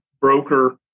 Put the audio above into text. broker